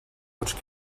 which